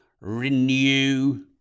renew